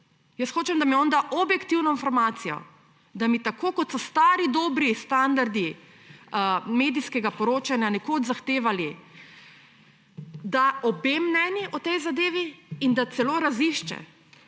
Jaz hočem, da mi on da objektivno informacijo, da mi, tako kot so stari dobri standardi medijskega poročanja nekoč zahtevali, da obe mnenji o tej zadevi in da celo razišče.